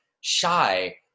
shy